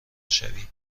میشود